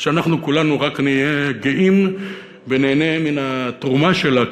שאנחנו כולנו רק נהיה גאים וניהנה מן התרומה שלה,